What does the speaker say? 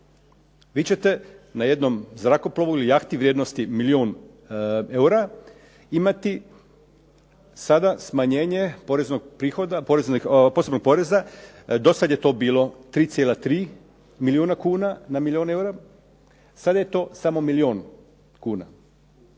Vi ćete na jednom zrakoplovu ili jahti vrijednosti milijun eura imati sada smanjenje posebnog poreza, do sad je to bilo 3,3 milijuna kuna na milijun eura, sad je to samo milijun kuna.